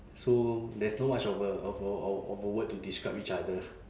so there's no much of a of a of of a word to describe each other